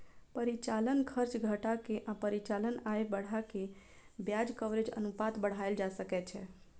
परिचालन खर्च घटा के आ परिचालन आय बढ़ा कें ब्याज कवरेज अनुपात बढ़ाएल जा सकै छै